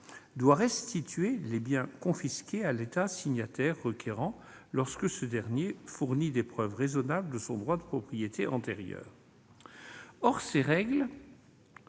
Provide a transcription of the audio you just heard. doit restituer les biens confisqués à l'État signataire requérant lorsque ce dernier fournit des preuves raisonnables de son droit de propriété antérieur ». Or ces règles